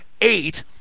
eight